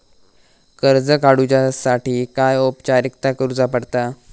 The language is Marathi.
कर्ज काडुच्यासाठी काय औपचारिकता करुचा पडता?